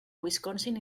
wisconsin